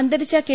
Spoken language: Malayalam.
അന്തരിച്ച കെ